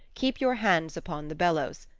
keep your hands upon the bellows,